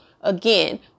Again